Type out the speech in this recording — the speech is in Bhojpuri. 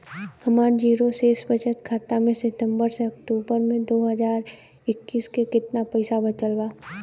हमार जीरो शेष बचत खाता में सितंबर से अक्तूबर में दो हज़ार इक्कीस में केतना पइसा बचल बा?